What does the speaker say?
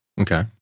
Okay